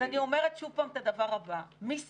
אז אני אומרת שוב פעם את הדבר הבא: מי